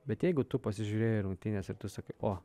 bet jeigu tu pasižiūrėjai rungtynes ir tu sakai o